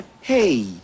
Hey